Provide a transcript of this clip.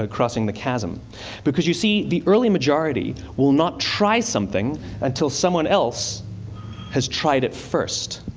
ah crossing the chasm because, you see, the early majority will not try something until someone else has tried it first.